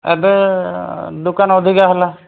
ଏବେ ଦୋକାନ ଅଧିକା ହେଲା